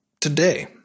today